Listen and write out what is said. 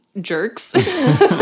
jerks